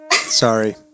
sorry